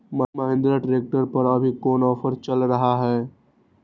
Mahindra tractor पर अभी कोन ऑफर चल रहा है?